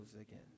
again